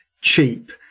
cheap